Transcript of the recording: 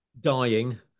dying